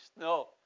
No